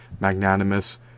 magnanimous